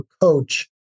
coach